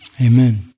amen